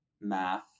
math